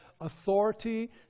authority